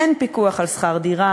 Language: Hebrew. אין פיקוח על שכר דירה,